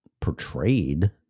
portrayed